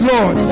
Lord